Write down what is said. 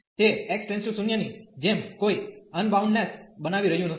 તે x → 0 ની જેમ કોઈ અનબાઉન્ડનેસ બનાવી રહ્યું નથી